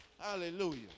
Hallelujah